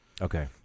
Okay